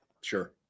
Sure